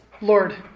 Lord